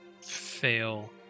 fail